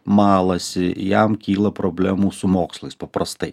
malasi jam kyla problemų su mokslais paprastai